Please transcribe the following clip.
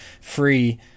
free